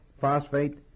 phosphate